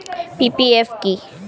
PPF কি?